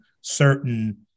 certain